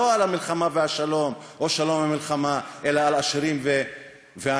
לא על המלחמה והשלום או שלום ומלחמה אלא על עשירים ועניים.